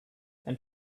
and